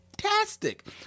fantastic